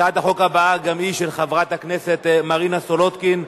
הצעת החוק הבאה גם היא של חברת הכנסת מרינה סולודקין,